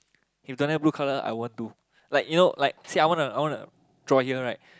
if don't have blue color I want to like you know like see I want I want draw here right